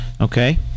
okay